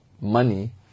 money